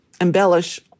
embellish